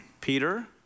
Peter